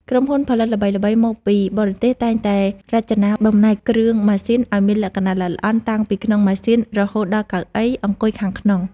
ក្រុមហ៊ុនផលិតល្បីៗមកពីបរទេសតែងតែរចនាបំណែកគ្រឿងម៉ាស៊ីនឱ្យមានលក្ខណៈល្អិតល្អន់តាំងពីក្នុងម៉ាស៊ីនរហូតដល់កៅអីអង្គុយខាងក្នុង។